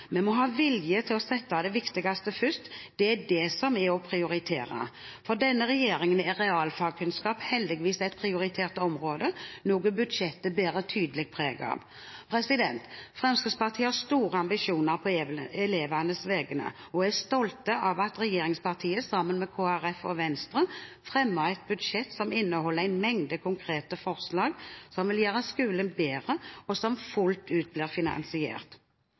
Vi må ha vilje til å sette det viktigste først – det er det som er å prioritere. For denne regjeringen er realfagskunnskap heldigvis et prioritert område, noe budsjettet bærer tydelig preg av. Fremskrittspartiet har store ambisjoner på elevenes vegne og er stolte over at regjeringspartiene, sammen med Kristelig Folkeparti og Venstre, fremmer et budsjett som inneholder en mengde konkrete forslag som vil gjøre skolen bedre, og som fullt ut blir finansiert.